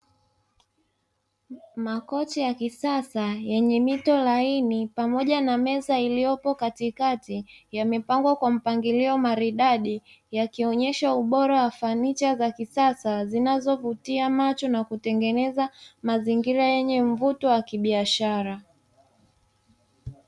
Makochi ya kisasa yenye mito laini pamoja ya meza iliyopo katikati, yamepangwa kwa mpangilio maridadi yakionyesha ubora wa fanicha za kisasa, zinazovutia macho na kutengeneza mazingira yenye mvuto wa kibiashara.